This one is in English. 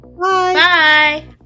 Bye